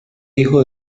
hijo